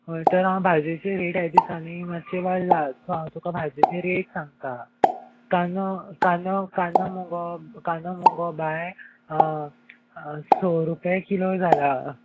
हय तर हांव भाजयेचें रेट हें दिसांनी मातशी वाडलां सो हांव तुका भाजयेचे रेट सांगता कानो कानो कानो मोगो कानो मोगो बाय स रुपया किलो जाला